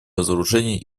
разоружения